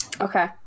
Okay